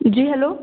جی hello